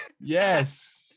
yes